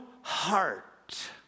heart